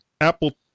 Apple